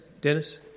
Dennis